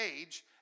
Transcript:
age